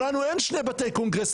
אבל לנו אין שני בתי קונגרס.